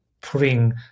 putting